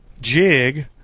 jig